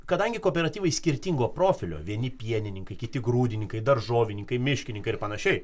kadangi kooperatyvai skirtingo profilio vieni pienininkai kiti grūdininkai daržovininkai miškininkai ir panašiai